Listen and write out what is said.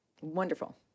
wonderful